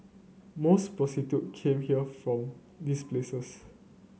most prostitute came here from these places